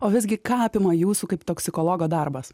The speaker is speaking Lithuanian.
o visgi ką apima jūsų kaip toksikologo darbas